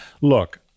look